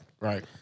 Right